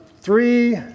three